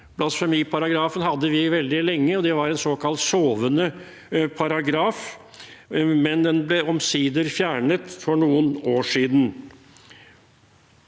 Blasfemiparagrafen hadde vi veldig lenge, og det var en såkalt sovende paragraf, men den ble omsider fjernet for noen år siden.